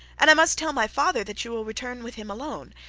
and i must tell my father that you will return with him alone,